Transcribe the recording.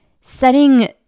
setting